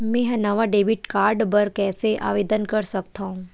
मेंहा नवा debit card बर कैसे आवेदन कर सकथव?